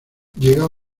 llegaba